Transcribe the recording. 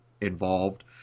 involved